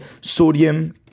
sodium